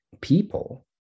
People